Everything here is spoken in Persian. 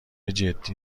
جدی